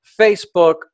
Facebook